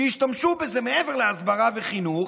שישתמשו בזה, מעבר להסברה וחינוך,